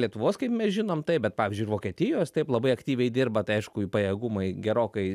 lietuvos kaip mes žinom taip bet pavyzdžiui ir vokietijos taip labai aktyviai dirba tai aišku jų pajėgumai gerokai